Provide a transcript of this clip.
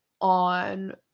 on